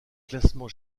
classement